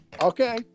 Okay